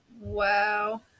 Wow